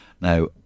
Now